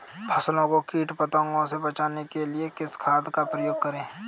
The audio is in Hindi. फसलों को कीट पतंगों से बचाने के लिए किस खाद का प्रयोग करें?